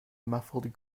muffled